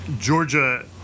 Georgia